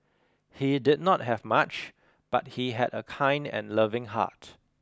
he did not have much but he had a kind and loving heart